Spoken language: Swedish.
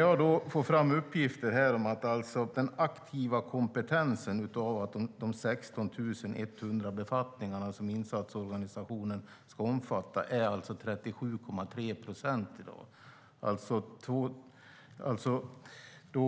Jag får fram uppgifter här om att den aktiva kompetensen av de 16 100 befattningarna som insatsorganisationen ska omfatta är 37,3 procent i dag, och det